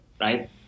right